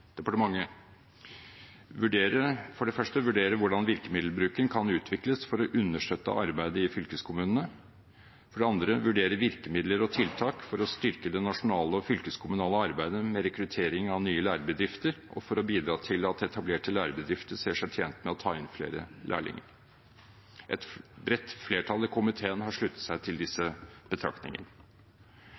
departementet: vurdere hvordan virkemiddelbruken kan utvikles for å understøtte arbeidet i fylkeskommunene vurdere virkemidler og tiltak for å styrke det nasjonale og fylkeskommunale arbeidet med rekruttering av nye lærebedrifter, og for å bidra til at etablerte lærebedrifter ser seg tjent med å ta inn flere lærlinger Et bredt flertall i komiteen har sluttet seg til disse